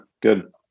good